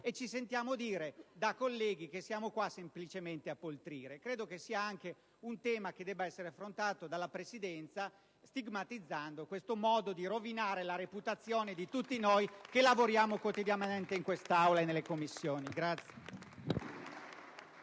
e ci sentiamo dire da colleghi che stiamo qui semplicemente a poltrire. Credo che questo sia un tema che debba essere affrontato dalla Presidenza, stigmatizzando questo modo di rovinare la reputazione di tutti noi che lavoriamo quotidianamente in quest'Aula e nelle Commissioni.